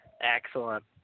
Excellent